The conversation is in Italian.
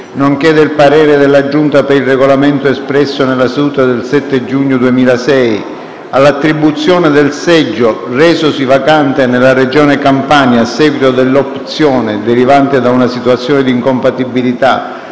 nonché del parere della Giunta per il Regolamento espresso nella seduta del 7 giugno 2006, all'attribuzione del seggio resosi vacante nella Regione Campania a seguito dell'opzione derivante da una situazione di incompatibilità